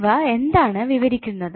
ഇവ എന്താണ് വിവരിക്കുക